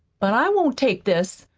but i won't take this.